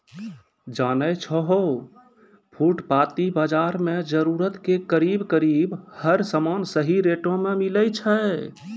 जानै छौ है फुटपाती बाजार मॅ जरूरत के करीब करीब हर सामान सही रेटो मॅ मिलै छै